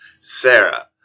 Sarah